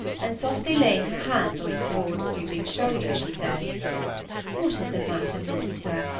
and, softly laying her hand on his broad stooping shoulder, she said what is the matter, minister?